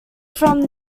from